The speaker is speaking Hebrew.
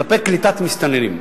כלפי קליטת מסתננים.